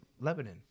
Lebanon